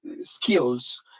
skills